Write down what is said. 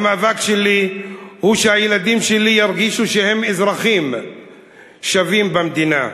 המאבק שלי הוא שהילדים שלי ירגישו שהם אזרחים שווים במדינה,